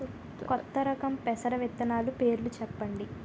కొత్త రకం పెసర విత్తనాలు పేర్లు చెప్పండి?